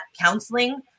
counseling